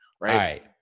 right